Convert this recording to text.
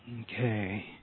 Okay